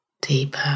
deeper